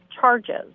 charges